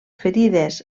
ferides